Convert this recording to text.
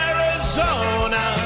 Arizona